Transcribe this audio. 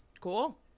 Cool